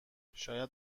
شاید